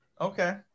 Okay